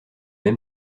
même